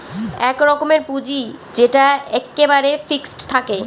এক রকমের পুঁজি যেটা এক্কেবারে ফিক্সড থাকে